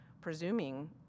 presuming